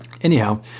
anyhow